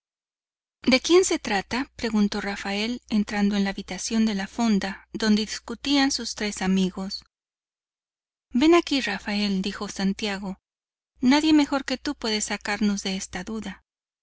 de quién se trata preguntó rafael entrando en la habitación de la fonda donde discutían sus tres amigos ven aquí rafael dijo santiago nadie mejor que tú puede sacarnos de esta duda